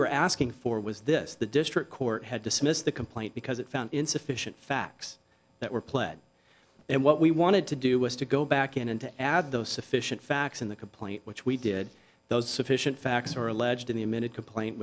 we were asking for was this the district court had dismissed the complaint because it found insufficient facts that were pled and what we wanted to do was to go back in and to add those sufficient facts in the complaint which we did those sufficient facts are alleged